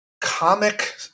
comic